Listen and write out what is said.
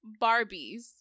Barbies